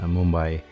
Mumbai